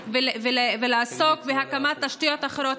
לעסוק בהקמת תשתיות אחרות,